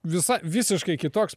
visa visiškai kitoks